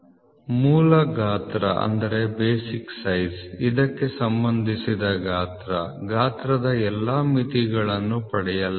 ಮೂಲ ಗಾತ್ರ ಇದಕ್ಕೆ ಸಂಬಂಧಿಸಿದ ಗಾತ್ರ ಗಾತ್ರದ ಎಲ್ಲಾ ಮಿತಿಗಳನ್ನು ಪಡೆಯಲಾಗಿದೆ